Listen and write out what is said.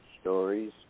stories